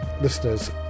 listeners